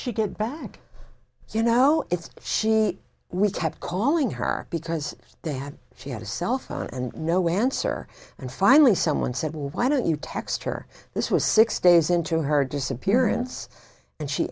she get back you know it's she we kept calling her because they had she had a cell phone and no answer and finally someone said well why don't you text her this was six days into her disappearance and she